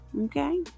Okay